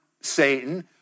Satan